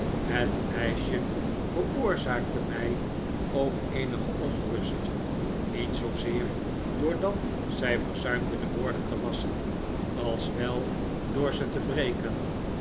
het meisje veroorzaakte mij ook eenige onrust niet zoozeer doordat zij verzuimde de borden te wasschen als wel door ze te breken